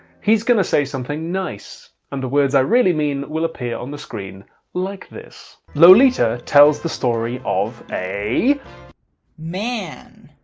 he's gonna say something nice and the words i really mean will appear on the screen like this. lolita tells the story of a. luke man